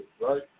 right